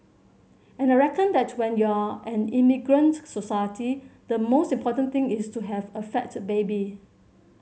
and I reckon that when you're an immigrant society the most important thing is to have a fat baby